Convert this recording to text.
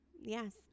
yes